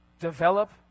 Develop